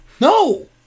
No